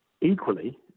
Equally